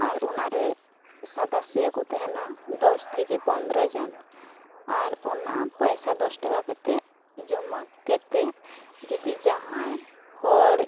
ᱟᱨ ᱚᱱᱟᱨᱮ ᱥᱟᱫᱥᱥᱭᱟᱹ ᱠᱚ ᱛᱟᱦᱮᱱᱟ ᱫᱚᱥ ᱛᱷᱮᱠᱮ ᱯᱚᱱᱨᱚ ᱡᱚᱱ ᱟᱨ ᱚᱱᱟ ᱯᱚᱭᱥᱟ ᱫᱚᱥ ᱴᱟᱠᱟ ᱠᱟᱛᱮᱫ ᱡᱚᱢᱟ ᱠᱟᱛᱮᱫ ᱡᱩᱫᱤ ᱡᱟᱦᱟᱸᱭ ᱦᱚᱲ